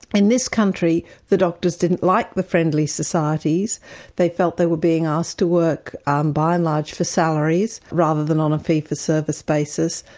in this country the doctors didn't like the friendly societies they felt they were being asked to work um by and large for salaries, rather than on a fee for service basis,